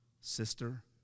Sister